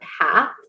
path